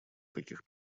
таких